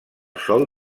sol